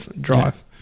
drive